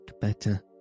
better